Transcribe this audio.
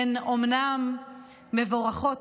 הן אומנם מבורכות,